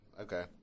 Okay